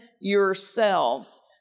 yourselves